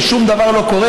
ושום דבר לא קורה,